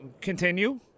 Continue